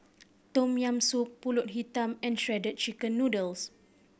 Tom Yam Soup Pulut Hitam and Shredded Chicken Noodles